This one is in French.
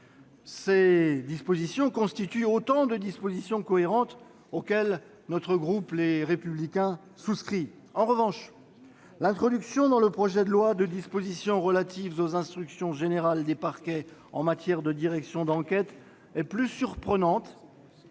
parquet national financier, autant de dispositions cohérentes auxquelles notre groupe souscrit. En revanche, l'introduction dans le projet de loi de dispositions relatives aux instructions générales des parquets en matière de direction d'enquête est plus surprenante